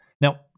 Now